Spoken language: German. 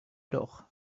doch